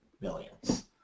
millions